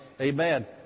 Amen